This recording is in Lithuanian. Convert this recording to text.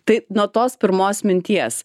tai nuo tos pirmos minties